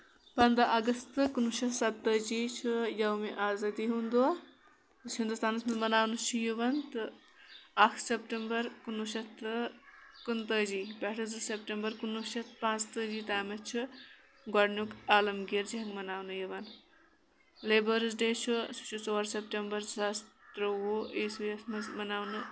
پنٛدہ اَگست کُنہٕ وُہ شَتھ سَتہٕ تٲجِہہ چھُ یوم آزادی ہُنٛد دۄہ یُس ہِنٛدُستانَس منٛز مَناونہٕ چھُ یِوان تہٕ اکھ سیپٹیمبر کُنہٕ وُہ شَتھ تہٕ کُنہٕ تٲجی پٮ۪ٹھٕ زٕ سیپٹیمبر کُنہٕ وُھ شَتھ پٲنٛژٕتٲجِہہ تامتھ چھُ گۄڈٕنیُک عالم گیٖر جنگ مَناونہٕ یِوان لیبٲرٕس ڈے چھُ سُہ چھُ ژور سیپٹیمبر زٕ ساس ترٛۆوُہ عیٖسوِہس منٛز مَناونہٕ